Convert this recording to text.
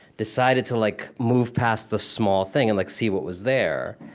decided to like move past the small thing and like see what was there,